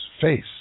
face